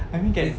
I mean can